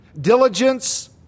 diligence